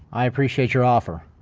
i appreciate your off,